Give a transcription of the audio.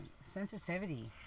Sensitivity